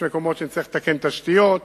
יש מקומות שנצטרך לתקן תשתיות,